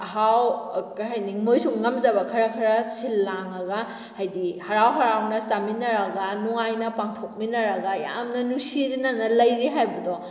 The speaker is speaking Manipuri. ꯑꯍꯥꯎ ꯀꯩ ꯍꯥꯏꯅꯤ ꯃꯣꯏꯁꯨ ꯉꯝꯖꯕ ꯈꯔ ꯈꯔ ꯁꯤꯜ ꯂꯥꯡꯉꯒ ꯍꯥꯏꯗꯤ ꯍꯔꯥꯎ ꯍꯔꯥꯎꯅ ꯆꯥꯃꯤꯟꯅꯔꯒ ꯅꯨꯡꯉꯥꯏꯅ ꯄꯥꯡꯊꯣꯛꯃꯤꯟꯅꯔꯒ ꯌꯥꯝꯅ ꯅꯨꯡꯁꯤꯅꯅ ꯂꯩꯔꯤ ꯍꯥꯏꯕꯗꯣ